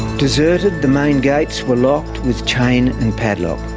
deserted, the main gates were locked with chain and padlock.